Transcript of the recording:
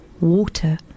water